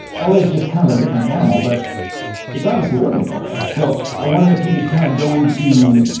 ah la is just kind of a different animal, but it's obviously working for you. so i wonder if you can kind of go into,